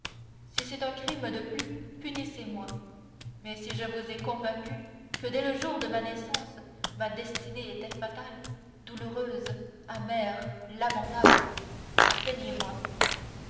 si c'est un crime de plus punissez-moi mais si je vous ai convaincu que dès le jour de ma naissance ma destinée était fatale douloureuse amère lamentable plaignez-moi